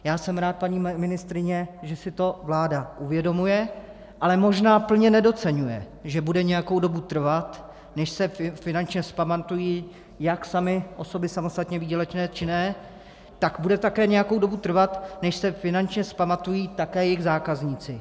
Já jsem rád, paní ministryně, že si to vláda uvědomuje, ale možná plně nedoceňuje, že bude nějakou dobu trvat, než se finančně vzpamatují jak samy osoby samostatně výdělečné činné, tak bude také nějakou dobu trvat, než se finančně vzpamatují také jejich zákazníci.